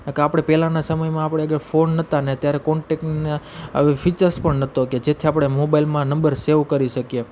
નકા આપણે પહેલાના સમયમાં આપણી આગળ ફોન નહોતાને ત્યારે કોન્ટેકના આવી ફીચર્સ પણ નહોતો કે જેથી આપણે મોબાઇલમાં નંબર સેવ કરી શકીએ